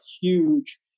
huge